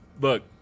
Look